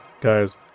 guys